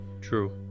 True